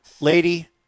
Lady